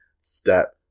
step